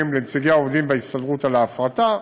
לנציגי העובדים בהסתדרות על ההפרטה,